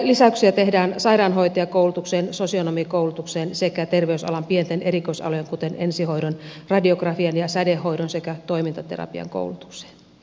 lisäyksiä tehdään sairaanhoitajakoulutukseen sosionomikoulutukseen sekä terveysalan pienten erikoisalojen kuten ensihoidon radiografian ja sädehoidon sekä toimintaterapian koulutukseen